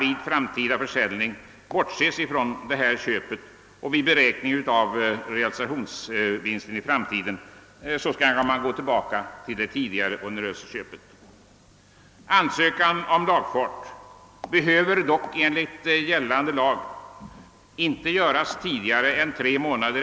Vad nu sagts får icke föranleda att realisationsvinst beräknas lägre eller att realisationsförlust beräknas högre än enligt reglerna i detta moment.